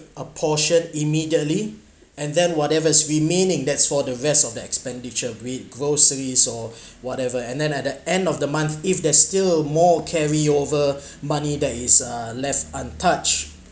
a portion immediately and then whatever is remaining that's for the rest of the expenditure be it groceries or whatever and then at the end of the month if there's still more carryover money that is uh left untouch